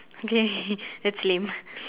okay that's lame